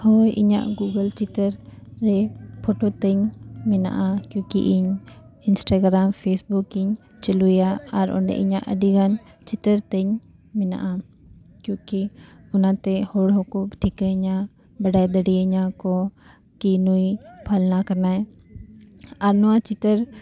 ᱦᱳᱭ ᱤᱧᱟᱹᱜ ᱜᱩᱜᱳᱞ ᱪᱤᱛᱟᱹᱨ ᱨᱮ ᱯᱷᱚᱴᱳ ᱛᱮᱧ ᱢᱮᱱᱟᱜᱼᱟ ᱠᱤᱭᱩᱠᱤ ᱤᱧ ᱤᱱᱥᱴᱟᱜᱨᱟᱢ ᱯᱷᱮᱥᱵᱩᱠᱤᱧ ᱪᱟᱹᱞᱩᱭᱟ ᱟᱨ ᱚᱸᱰᱮ ᱤᱧᱟᱹᱜ ᱟᱹᱰᱤᱜᱟᱱ ᱪᱤᱛᱟᱹᱨ ᱛᱤᱧ ᱢᱮᱱᱟᱜᱼᱟ ᱠᱤᱭᱩᱠᱤ ᱚᱱᱟᱛᱮ ᱦᱚᱲ ᱦᱚᱸᱠᱚ ᱴᱷᱤᱠᱟᱹᱧᱟ ᱵᱟᱰᱟᱭ ᱫᱟᱲᱮᱭᱟᱹᱧᱟ ᱠᱚ ᱠᱤ ᱱᱩᱭ ᱯᱷᱟᱞᱱᱟ ᱠᱟᱱᱟᱭ ᱟᱨ ᱱᱚᱣᱟ ᱪᱤᱛᱟᱹᱨ